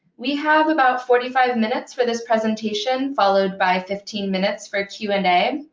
we have about forty five minutes for this presentation, followed by fifteen minutes for q and a.